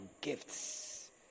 gifts